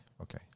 okay